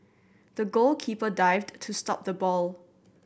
the goalkeeper dived to stop the ball